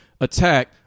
attack